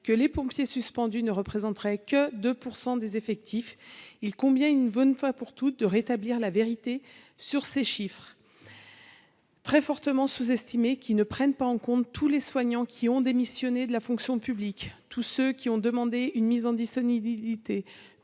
que les pompiers suspendus ne représenteraient que 2 % des effectifs il combien une bonne fois pour toutes de rétablir la vérité sur ces chiffres très fortement sous-estimé qu'ils ne prennent pas en compte tous les soignants qui ont démissionné de la fonction publique, tous ceux qui ont demandé une mise en disponibilité,